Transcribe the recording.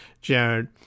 Jared